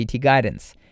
guidance